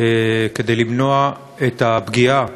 כדי למנוע את הפגיעה